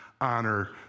honor